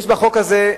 יש בחוק הזה,